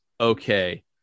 Okay